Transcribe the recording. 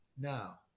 now